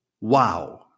Wow